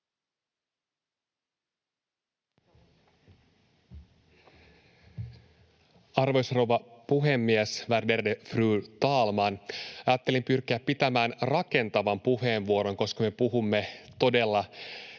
Arvoisa rouva puhemies, värderade fru talman! Ajattelin pyrkiä pitämään rakentavan puheenvuoron, koska me puhumme todella